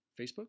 Facebook